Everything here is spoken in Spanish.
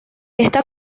está